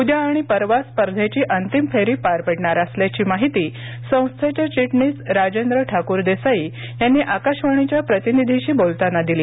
उद्या आणि परवा स्पर्धेची अंतीम फेरी पार पडणार असल्याची माहिती संस्थेचे चिटणीस राजेंद्र ठाकूरदेसाई यांनी आकाशवाणीच्या प्रतिनिधींशी बोलतांना दिली